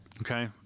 Okay